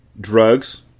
Drugs